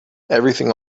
everything